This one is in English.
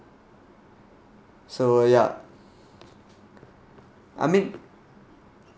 so ya I mean